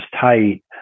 tight